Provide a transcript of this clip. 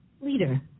leader